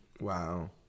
Wow